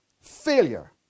Failure